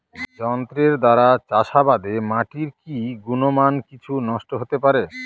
যন্ত্রের দ্বারা চাষাবাদে মাটির কি গুণমান কিছু নষ্ট হতে পারে?